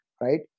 right